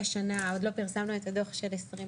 עוד לא פרסמנו את הדוח של 2020